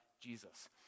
Jesus